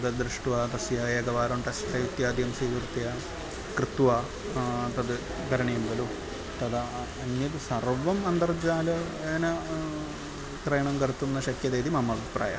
तद् दृष्ट्वा तस्य एकवारं टेस्ट् ड्रैव् इत्यादिकं स्वीकृत्य कृत्वा तद् करणीयं खलु तदा अन्यत् सर्वम् अन्तर्जाले येन क्रयणं कर्तुं न शक्यते इति मम अभिप्रायः